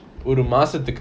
ஒரு மாசத்துக்கு:oru masathuku